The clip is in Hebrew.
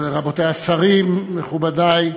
רבותי השרים, מכובדי,